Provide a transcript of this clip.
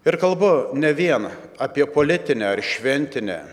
ir kalbu ne vien apie politinę ar šventinę